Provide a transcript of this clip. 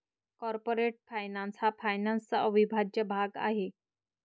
corporate finance हा फायनान्सचा अविभाज्य भाग आहे